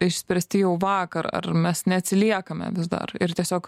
išspręsti jau vakar ar mes neatsiliekame vis dar ir tiesiog